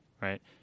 right